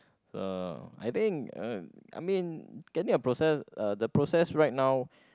uh I think uh I mean getting a process uh the process right now